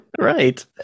Right